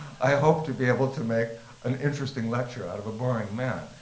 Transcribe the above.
i hope to be able to make an interesting lecture out of a boring man,